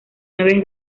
nueve